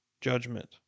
judgment